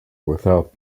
without